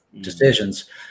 decisions